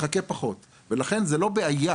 יחכה פחות ולכן הדיגיטציה היא לא בעיה,